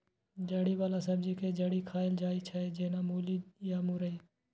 जड़ि बला सब्जी के जड़ि खाएल जाइ छै, जेना मूली या मुरइ